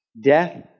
death